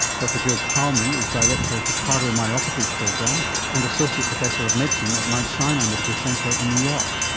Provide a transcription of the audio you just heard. dr jill kalman is director of the cardiomyopathy program and associate professor of medicine at mount sinai medical center in new york.